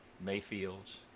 Mayfields